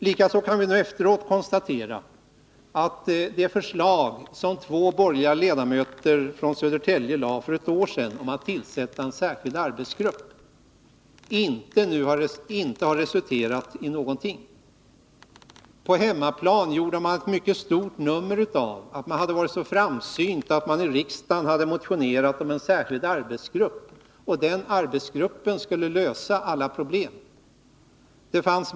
Likaså kan vi nu efteråt konstatera att det förslag som två borgerliga ledamöter från Södertälje framlade för ett år sedan om att tillsätta en särskild arbetsgrupp inte har resulterat i någonting. På hemmaplan gjorde man ett mycket stort nummer av att man hade varit så framsynt att man i riksdagen hade motionerat om tillsättandet av en särskild arbetsgrupp, som skulle lösa alla problem.